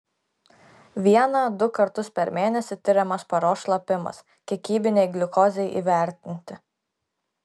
vieną du kartus per mėnesį tiriamas paros šlapimas kiekybinei gliukozei įvertinti